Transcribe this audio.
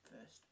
first